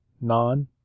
non